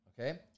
Okay